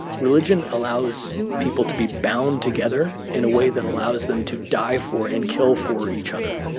religion allows people to be bound together in a way that allows them to die for and kill for each other.